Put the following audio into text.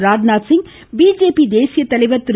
Rajnath Singh BJP தேசிய தலைவர் திரு